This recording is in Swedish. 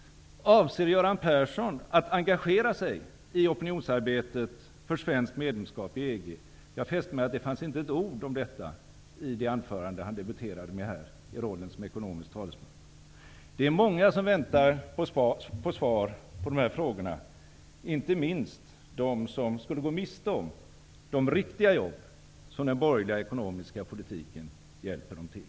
Avser Göran Persson att engagera sig i opinionsarbetet för svenskt medlemskap i EG? Jag fäste mig vid att det inte fanns ett ord om detta i det anförande han debuterade med här i rollen som ekonomisk talesman. Det är många som väntar på svar på dessa frågor, inte minst de som skulle gå miste om de riktiga jobb som den borgerliga ekonomiska politiken hjälper dem till.